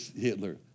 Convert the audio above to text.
Hitler